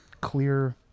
clear